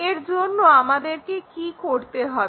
এর জন্য আমাদেরকে কি করতে হবে